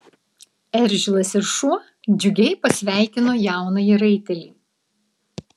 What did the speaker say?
eržilas ir šuo džiugiai pasveikino jaunąjį raitelį